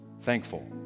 thankful